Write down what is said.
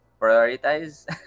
prioritize